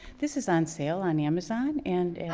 this is on sale on amazon and and